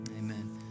amen